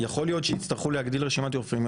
יכול להיות שיצטרכו להגדיל רשימת רופאים.